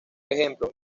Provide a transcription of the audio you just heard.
ejemplo